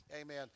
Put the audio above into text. amen